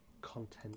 content